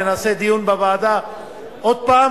ונעשה דיון בוועדה שוב,